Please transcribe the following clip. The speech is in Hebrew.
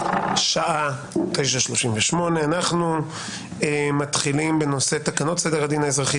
השעה 9:38. אנחנו מתחילים בנושא תקנות סדר הדין האזרחי